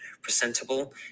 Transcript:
presentable